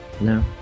No